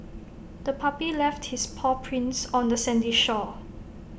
the puppy left its paw prints on the sandy shore